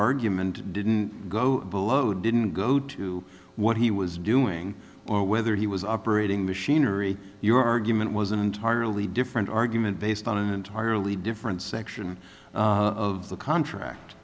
argument didn't go below didn't go to what he was doing or whether he was operating machinery your argument was an entirely different argument based on an entirely different section of the contract